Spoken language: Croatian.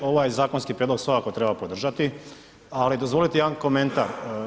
Ovaj zakonski prijedlog svakako treba podržati, ali dozvolite jedna komentar.